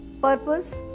purpose